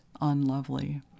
unlovely